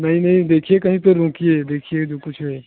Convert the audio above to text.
नहीं नहीं देखिये कहीं पर रोकिये देखिये जो कुछ